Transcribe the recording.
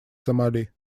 сомали